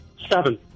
Seven